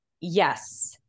Yes